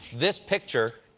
this picture,